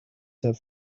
have